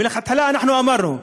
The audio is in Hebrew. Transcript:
מלכתחילה אנחנו אמרנו: